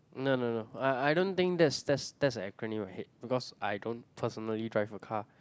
no no no I I don't think that's that's that's a acronym I hate because I don't personally drive a car